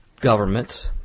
governments